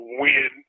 win